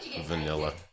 Vanilla